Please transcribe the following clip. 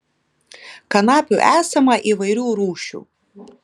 kanapių esama įvairių rūšių